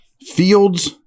Fields